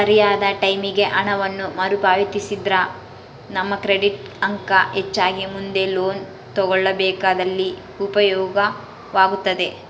ಸರಿಯಾದ ಟೈಮಿಗೆ ಹಣವನ್ನು ಮರುಪಾವತಿಸಿದ್ರ ನಮ್ಮ ಕ್ರೆಡಿಟ್ ಅಂಕ ಹೆಚ್ಚಾಗಿ ಮುಂದೆ ಲೋನ್ ತೆಗೆದುಕೊಳ್ಳಬೇಕಾದಲ್ಲಿ ಉಪಯೋಗವಾಗುತ್ತದೆ